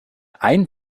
ein